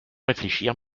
réfléchir